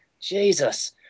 Jesus